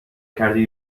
کردی